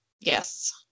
Yes